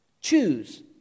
Choose